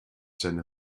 seine